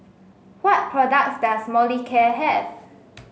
what products does Molicare have